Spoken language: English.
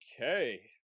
Okay